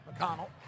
McConnell